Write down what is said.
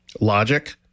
Logic